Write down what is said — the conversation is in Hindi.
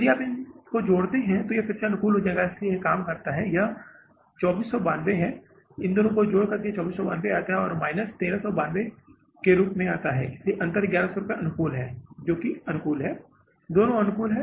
यदि आप इनको जोड़ते हैं तो यह फिर से अनुकूल हो जाता है इसलिए यह काम करता है कि यह 2492 है इन दोनों का जोड़ 2492 आता है और माइनस 1392 के रूप में आता है इसलिए यह अंत में 1100 अनुकूल आएगा जो कि अनुकूल 1100 के बराबर है दोनों अनुकूल हैं